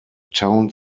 town